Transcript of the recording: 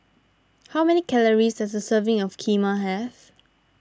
how many calories does a serving of Kheema have